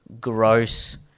gross